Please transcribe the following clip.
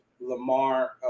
Lamar